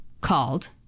called